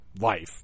life